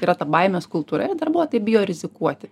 yra ta baimės kultūra ir darbuotojai bijo rizikuoti